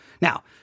Now